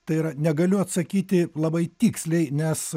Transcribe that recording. tai yra negaliu atsakyti labai tiksliai nes